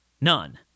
None